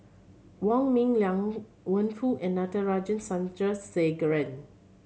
Wong Ming Liang Wenfu and Natarajan Chandrasekaran